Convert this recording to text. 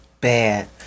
bad